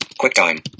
QuickTime